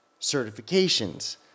certifications